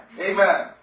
Amen